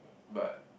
but